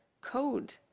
code